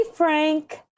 Frank